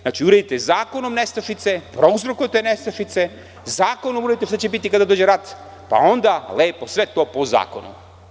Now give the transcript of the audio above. Znači, uredite zakonom nestašice, prouzrokujete nestašice, zakonom uredite šta će biti kada dođe rat, pa onda lepo sve to po zakonu.